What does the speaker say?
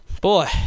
Boy